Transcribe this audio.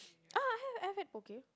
ah I have I have okay